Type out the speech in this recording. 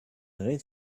red